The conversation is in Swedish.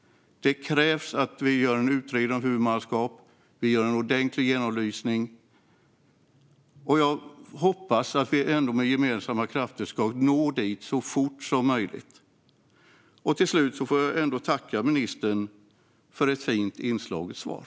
Det krävs att vi gör en utredning om huvudmannaskap och gör en ordentlig genomlysning, Jag hoppas att vi ändå med gemensamma krafter ska nå dit så fort som möjligt. Till slut får jag ändå tacka ministern för ett fint inslaget svar.